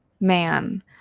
man